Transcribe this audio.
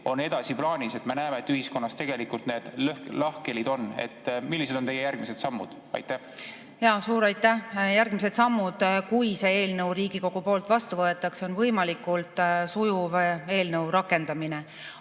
edasi plaanis on? Me näeme, et ühiskonnas tegelikult need lahkhelid on. Millised on teie järgmised sammud? Suur aitäh! Järgmised sammud, kui see eelnõu Riigikogu poolt vastu võetakse, on võimalikult sujuv eelnõu rakendamine.